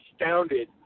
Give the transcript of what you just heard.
astounded